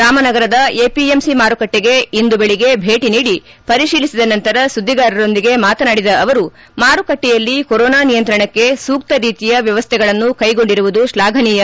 ರಾಮನಗರದ ಎಪಿಎಂಸಿ ಮಾರುಕಟ್ಟಿಗೆ ಇಂದು ಬೆಳಿಗ್ಗೆ ಭೇಟಿ ನೀಡಿ ಪರಿತೀಲಿಸಿದ ನಂತರ ಸುದ್ದಿಗಾರರೊಂದಿಗೆ ಮಾತನಾಡಿದ ಅವರು ಮಾರುಕಟ್ಟೆಯಲ್ಲಿ ಕೊರೋನಾ ನಿಯಂತ್ರಣಕ್ಕೆ ಸೂಕ್ತ ರೀತಿಯ ವ್ಯವಸ್ಥೆಗಳನ್ನು ಕೈಗೊಂಡಿರುವುದು ಶ್ಲಾಘನೀಯ